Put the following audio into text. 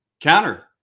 counter